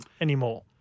anymore